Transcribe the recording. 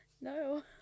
No